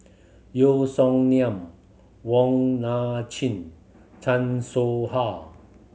Yeo Song Nian Wong Nai Chin Chan Soh Ha